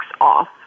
off